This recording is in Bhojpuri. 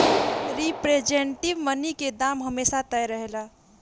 रिप्रेजेंटेटिव मनी के दाम हमेशा तय रहेला